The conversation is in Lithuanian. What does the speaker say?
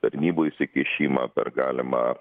tarnybų įsikišimą per galimą